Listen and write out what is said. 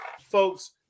Folks